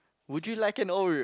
would you like an Oreo